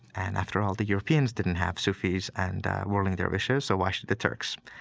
and after all, the europeans didn't have sufis and whirling dervishes, so why should the turks?